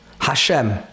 Hashem